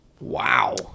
Wow